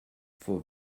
for